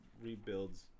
rebuilds